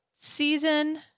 season